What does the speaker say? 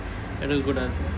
எடுக்க கூடாது:edukka kudaathu